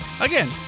Again